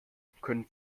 können